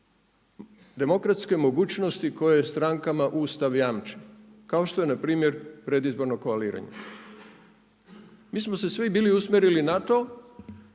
demokratske mogućnosti koje strankama Ustav jamči kao što je npr. predizborno koaliranje. Mi smo se svi bili usmjerili na to